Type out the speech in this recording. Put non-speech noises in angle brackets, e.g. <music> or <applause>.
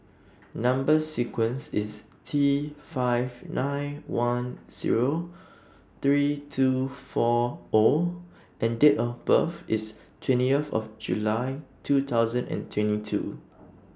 <noise> Number sequence IS T five nine one Zero three two four O and Date of birth IS twenty of of July two thousand and twenty two